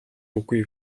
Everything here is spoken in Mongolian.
үгүй